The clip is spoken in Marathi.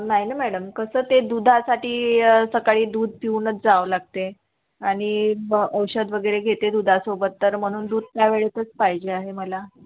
नाही ना मॅडम कसं ते दुधासाठी सकाळी दूध पिऊनच जावं लागते आणि ब औषध वगैरे घेते दुधासोबत तर म्हणून दूध त्या वेळेतच पाहिजे आहे मला